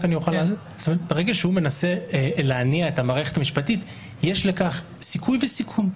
בכך סיכוי וסיכון,